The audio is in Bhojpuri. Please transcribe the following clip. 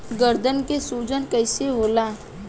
गर्दन के सूजन कईसे होला?